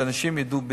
שאנשים ידעו בדיוק.